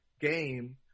game